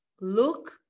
look